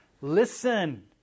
listen